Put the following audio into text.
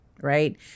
right